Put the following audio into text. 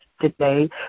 today